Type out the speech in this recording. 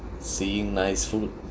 seeing nice food